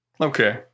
Okay